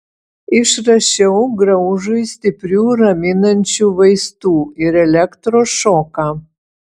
išrašiau graužui stiprių raminančių vaistų ir elektros šoką